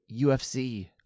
UFC